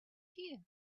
here